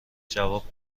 جواب